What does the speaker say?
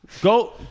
Go